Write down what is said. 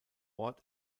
ort